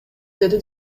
деди